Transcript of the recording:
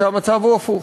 שהמצב הוא הפוך,